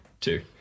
two